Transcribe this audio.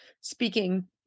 speaking